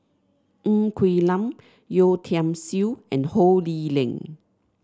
Ng Quee Lam Yeo Tiam Siew and Ho Lee Ling